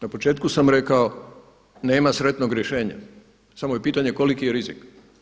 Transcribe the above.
Na početku sam rekao, nema sretnog rješenja, samo je pitanje koliki je rizik.